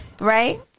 Right